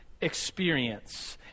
experience